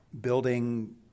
building